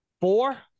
Four